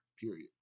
period